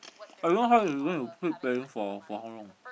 I don't know how she's gonna keep paying for for how long